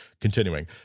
continuing